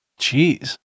Jeez